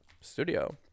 studio